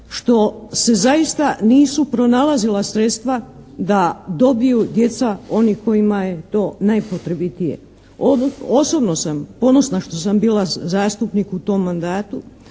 što se zaista nisu pronalazila sredstva da dobiju djeca onih kojima je to najpotrebitije. Osobno sam ponosna što sam bila zastupnik u tom mandatu,